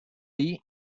lee